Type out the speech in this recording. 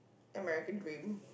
American dream